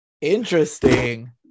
Interesting